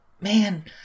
man